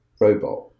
robot